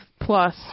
plus